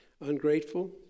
ungrateful